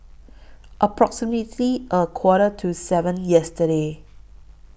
approximately A Quarter to seven yesterday